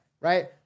right